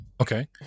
Okay